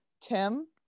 Tim